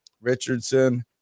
Richardson